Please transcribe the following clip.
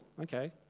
okay